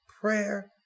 prayer